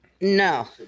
No